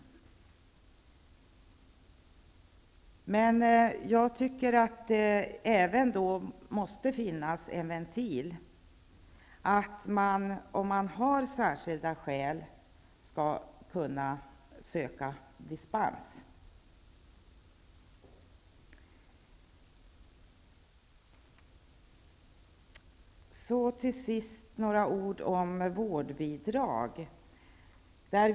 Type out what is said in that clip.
Jag menar att det ändå måste finnas en ventil, så att man om man har särskilda skäl skall kunna söka dispens. Så till sist några ord om vårdbidrag.